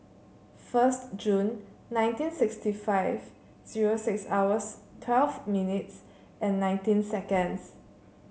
first June nineteen sixty five zero six hours twelve minutes and nineteen seconds